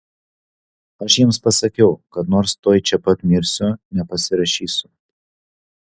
aš jiems pasakiau kad nors tuoj čia pat mirsiu nepasirašysiu